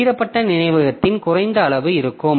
பகிரப்பட்ட நினைவகத்தின் குறைந்த அளவு இருக்கும்